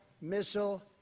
missile